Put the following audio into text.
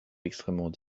extrêmement